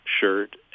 shirt